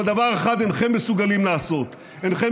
אבל דבר אחד אינכם מסוגלים לעשות: אינכם